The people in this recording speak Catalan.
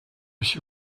així